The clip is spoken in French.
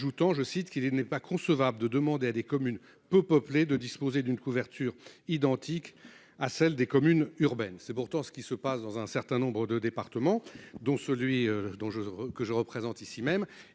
je cite qu'il n'est pas concevable de demander à des communes peu peuplées de disposer d'une couverture identique à celle des communes urbaines. C'est pourtant ce qui se passe dans un certain nombre de départements dont celui dont je que je représente ici même